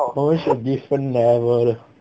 我们是 different level 的